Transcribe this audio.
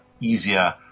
easier